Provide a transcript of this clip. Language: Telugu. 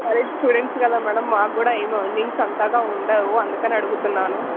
సరే స్టూడెంట్స్ కదా మ్యాడం మాకు కూడా ఏం ఎర్నింగ్స్ అంతగా ఉండవు అందుకని అడుగుతున్నాను